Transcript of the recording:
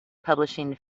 publishing